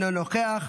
אינה נוכחת,